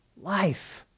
life